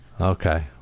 okay